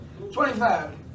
25